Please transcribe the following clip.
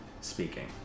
speaking